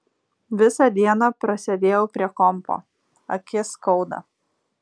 visą dieną prasėdėjau prie kompo akis skauda